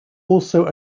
also